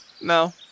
No